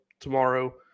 tomorrow